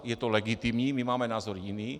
Je to legitimní, my máme názor jiný.